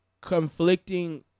conflicting